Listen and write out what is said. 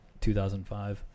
2005